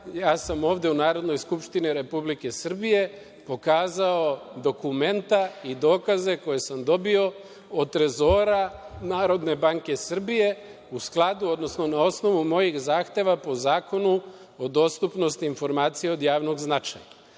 Ja sam ovde u Narodnoj skupštini Republike Srbije pokazao dokumenta i dokaze koje sam dobio od Trezora Narodne banke Srbije, na osnovu mojih zahteva po Zakonu o dostupnosti informacija od javnog značaja. Vi